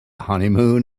honeymoon